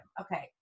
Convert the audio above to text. Okay